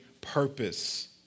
Purpose